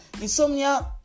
insomnia